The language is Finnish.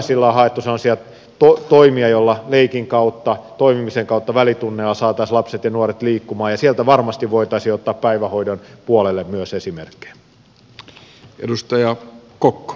sillä on haettu sellaisia toimia joilla leikin kautta toimimisen kautta välitunneilla saataisiin lapset ja nuoret liikkumaan ja sieltä varmasti voitaisiin ottaa päivähoidon puolelle myös esimerkkejä